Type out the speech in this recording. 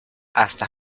hasta